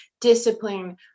discipline